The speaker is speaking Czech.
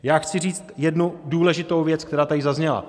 Já chci říct jednu důležitou věc, která tady zazněla.